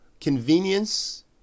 convenience